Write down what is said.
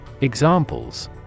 Examples